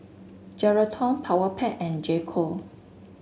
Geraldton Powerpac and J Co